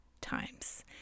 times